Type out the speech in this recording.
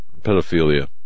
pedophilia